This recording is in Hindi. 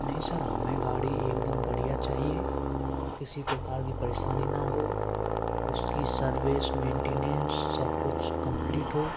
नहीं सर हमें गाड़ी एकदम बढ़िया चाहिए किसी प्रकार की परेशानी ना हो उसकी सर्विस मेंटिनेंस सब कुछ कम्प्लीट हो